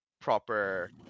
proper